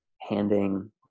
handing